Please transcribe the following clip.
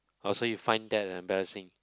oh so you find that embarrassing